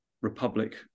Republic